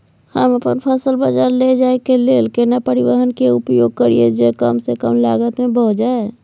हम अपन फसल बाजार लैय जाय के लेल केना परिवहन के उपयोग करिये जे कम स कम लागत में भ जाय?